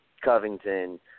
Covington